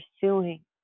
pursuing